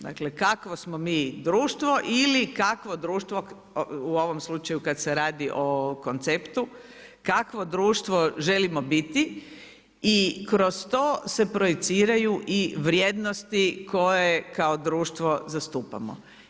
Dakle, kakvo smo mi društvo ili kakvo društvo u ovom slučaju kad se radi o konceptu, kakvo društvo želimo biti i kroz to se projiciraju i vrijednosti koje kao društvo zastupamo.